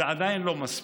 זה עדיין לא מספיק.